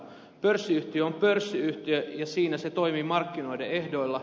pörssiyhtiö on pörssiyhtiö ja siinä se toimii markkinoiden ehdoilla